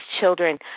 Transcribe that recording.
children